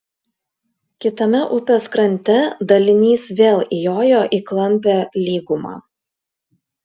kitame upės krante dalinys vėl įjojo į klampią lygumą